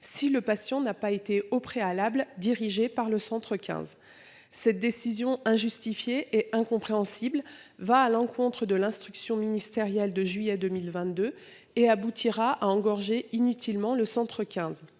si le patient n'a pas été au préalable, dirigée par le Centre 15, cette décision injustifiée et incompréhensible, va à l'encontre de l'instruction ministérielle de juillet 2022 et aboutira à engorger inutilement le centre 15.